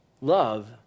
Love